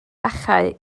achau